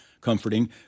comforting